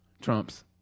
Trump's